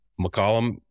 McCollum